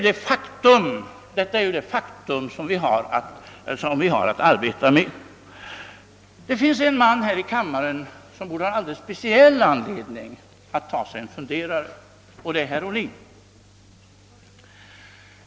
Det finns här i kammaren en man som borde ha speciell anledning att ta sig en funderare, och det är herr Ohlin.